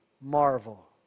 marvel